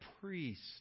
priests